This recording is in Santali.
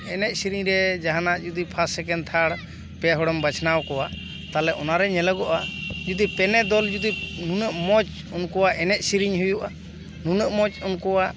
ᱮᱱᱮᱡ ᱥᱮᱨᱮᱧ ᱨᱮ ᱡᱟᱦᱟᱱᱟᱜ ᱡᱩᱫᱤ ᱯᱷᱟᱥᱴ ᱥᱮᱠᱮᱱᱰ ᱛᱷᱟᱲ ᱯᱮ ᱦᱚᱲᱮᱢ ᱵᱟᱪᱷᱱᱟᱣ ᱠᱚᱣᱟ ᱛᱟᱦᱚᱞᱮ ᱚᱱᱟᱨᱮ ᱧᱮᱞᱚᱜᱚᱜᱼᱟ ᱡᱩᱫᱤ ᱯᱮᱱᱮ ᱫᱚᱞ ᱡᱩᱫᱤ ᱱᱩᱱᱟᱹᱜ ᱢᱚᱡᱽ ᱩᱱᱠᱩᱣᱟᱜ ᱮᱱᱮᱡ ᱥᱮᱨᱮᱧ ᱦᱩᱭᱩᱜᱼᱟ ᱱᱩᱱᱟᱹᱜ ᱢᱚᱡᱽ ᱩᱱᱠᱩᱣᱟᱜ